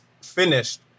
finished